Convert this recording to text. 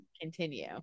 continue